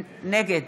נגד